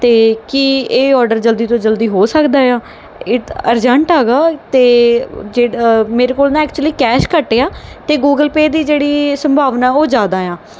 ਅਤੇ ਕੀ ਇਹ ਔਡਰ ਜਲਦੀ ਤੋਂ ਜਲਦੀ ਹੋ ਸਕਦਾ ਆ ਇਹ ਅਰਜੰਟ ਹੈਗਾ ਅਤੇ ਜੇ ਮੇਰੇ ਕੋਲ ਨਾ ਐਕਚੁਲੀ ਕੈਸ਼ ਘੱਟ ਆ ਅਤੇ ਗੂਗਲ ਪੇ ਦੀ ਜਿਹੜੀ ਸੰਭਾਵਨਾ ਉਹ ਜਿਆਦਾ ਆ